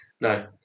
no